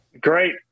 great